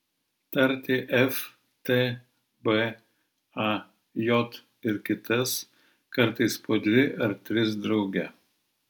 tarti f t b a j ir kitas kartais po dvi ar tris drauge